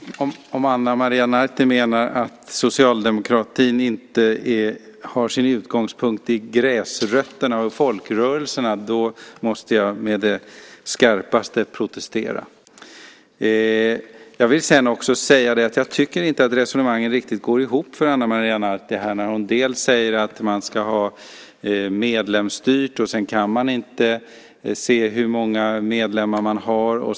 Fru talman! Om Ana Maria Narti menar att socialdemokratin inte har sin utgångspunkt hos gräsrötterna och i folkrörelserna måste jag å det skarpaste protestera. Jag tycker inte att resonemanget riktigt går ihop för Ana Maria Narti. Hon säger att det ska vara medlemsstyrt. Men man kan inte se hur många medlemmar man har.